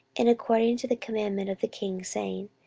and according to the commandment of the king, saying,